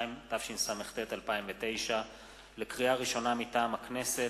2), התשס"ט 2009. לקריאה ראשונה, מטעם הכנסת: